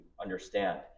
understand